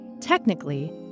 Technically